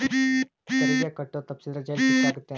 ತೆರಿಗೆ ಕಟ್ಟೋದ್ ತಪ್ಸಿದ್ರ ಜೈಲ್ ಶಿಕ್ಷೆ ಆಗತ್ತೇನ್